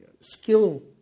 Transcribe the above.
skill